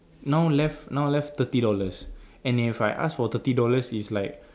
now left now left thirty dollars and if I ask for thirty dollars it's like